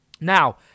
Now